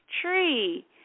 tree